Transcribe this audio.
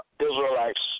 Israelites